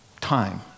time